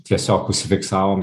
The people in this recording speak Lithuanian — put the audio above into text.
tiesiog užfiksavom